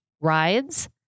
rides